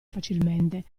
facilmente